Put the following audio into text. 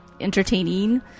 entertaining